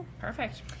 Perfect